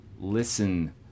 listen